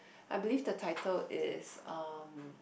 I believe the title is um